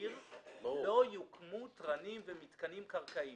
עיר לא יוקמו תרנים ומתקנים קרקעיים.